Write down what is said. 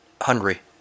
hungry